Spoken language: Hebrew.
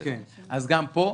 --- אז גם פה,